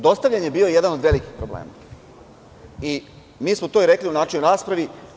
Dostavljanje je bilo jedan od velikih problema, mi smo to i rekli u načelnoj raspravi.